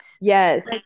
yes